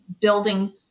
building